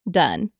done